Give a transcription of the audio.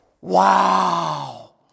Wow